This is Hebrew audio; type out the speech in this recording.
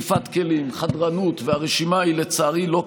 שטיפת כלים,